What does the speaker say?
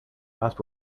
last